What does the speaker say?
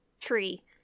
Tree